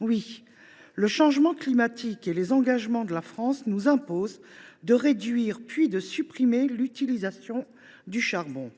Oui, le changement climatique et les engagements de la France nous imposent de réduire, puis de supprimer, l’utilisation du charbon.